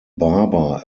barber